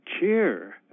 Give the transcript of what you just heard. cheer